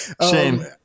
Shame